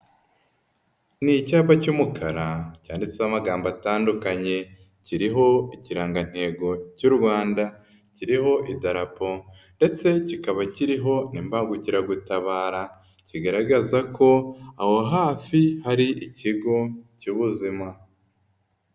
Ni icyapa cy'umukara cyanditseho amagambo atandukanye, kiriho ikiranga ntego cy'u Rwanda, kiriho idarapo ndetse kikaba kiriho imbangukiragutabara kigaragaza ko aho hafi hari ikigo cy'ubuzima.